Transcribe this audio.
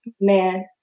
man